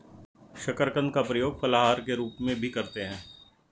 शकरकंद का प्रयोग फलाहार के रूप में भी करते हैं